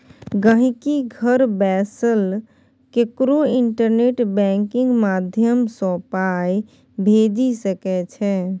गांहिकी घर बैसल ककरो इंटरनेट बैंकिंग माध्यमसँ पाइ भेजि सकै छै